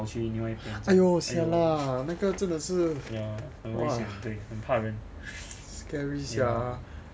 !aiyo! !siala! 那个真的是 !wah! scary sia